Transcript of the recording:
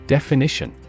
Definition